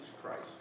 Christ